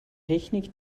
technik